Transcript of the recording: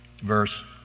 Verse